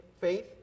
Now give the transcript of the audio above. faith